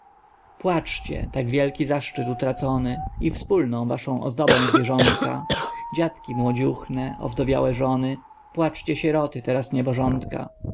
płaczcie tak wielki zaszczyt utracony i wspólną waszą ozdobę zwierzątka dziatki młodziuchne owdowiałe żony płaczcie sieroty teraz